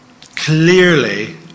clearly